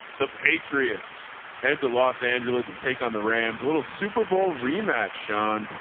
the patriots head to los angeles to take on the rams, a little superbowl rematched sean,